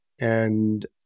And-